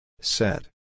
Set